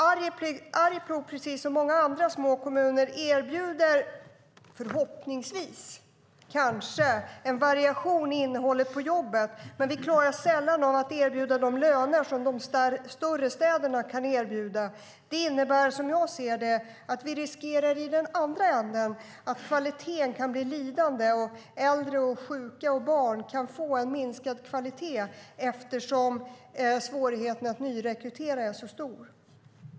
Arjeplog, precis som många andra små kommuner, erbjuder förhoppningsvis en variation i innehållet på jobbet, men vi klarar sällan av att erbjuda de löner som de större städerna kan erbjuda. Det innebär, som jag ser det, att vi riskerar att kvaliteten kan bli lidande i den andra änden. Äldre, sjuka och barn kan få en minskad kvalitet eftersom svårigheten att nyrekrytera är så stor.